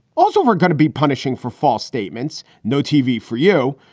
also, we're going to be punishing for false statements. no tv for you.